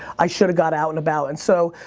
i should've got out and about. and so,